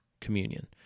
communion